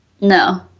No